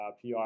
PR